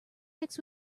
mixed